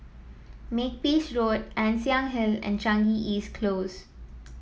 Makepeace Road Ann Siang Hill and Changi East Close